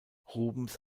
rubens